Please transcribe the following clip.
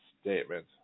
statement